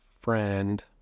friend